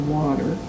water